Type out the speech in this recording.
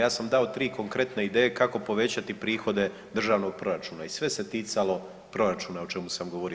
Ja sam dao tri konkretne ideje kako povećati prihode državnog proračuna i sve se ticalo proračuna o čemu sam govorio.